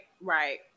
Right